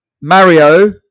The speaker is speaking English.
Mario